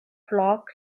flock